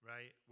Right